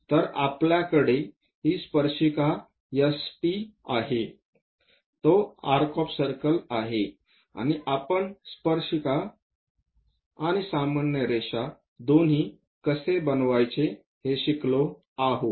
तर आपल्याकडे ही स्पर्शिका ST आहे ती आर्क ऑफ सर्कल आहे आणि आपण स्पर्शिका आणि सामान्य रेषा दोन्ही कसे बनवायचे हे शिकलो आहोत